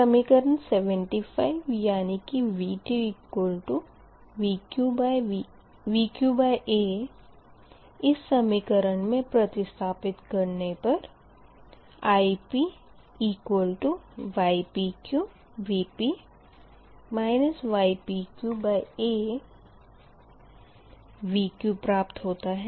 समीकरण 75 यानी कि VtVqa इस समीकरण मे प्रतिस्थपित करने पर IpypqVp ypqaVq प्राप्त होता है